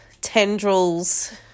tendrils